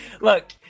look